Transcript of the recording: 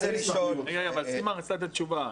רגע, רם, סימה רצתה לתת תשובה.